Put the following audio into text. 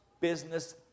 business